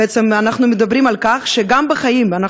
בעצם אנחנו מדברים על כך שגם בחיים אנחנו